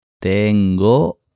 Tengo